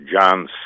John